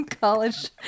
college